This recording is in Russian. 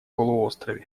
полуострове